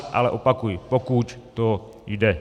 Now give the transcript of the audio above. Ale opakuji pokud to jde.